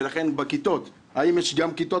ולכן בכיתות, האם יש גם מספיק כיתות?